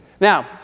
Now